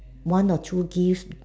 one or two gifts